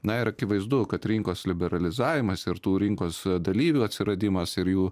na ir akivaizdu kad rinkos liberalizavimas ir tų rinkos dalyvių atsiradimas ir jų